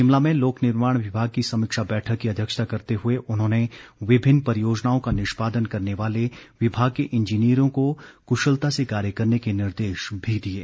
शिमला में लोक निर्माण विभाग की समीक्षा बैठक की अध्यक्षता करते हुए उन्होंने विभिन्न परियोजनाओं का निष्पादन करने वाले विभाग के इंजीनियरों को कृशलता से कार्य करने के निर्देश भी दिये